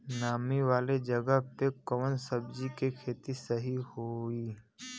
नामी वाले जगह पे कवन सब्जी के खेती सही होई?